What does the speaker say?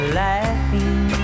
laughing